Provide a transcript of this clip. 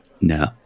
No